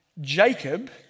Jacob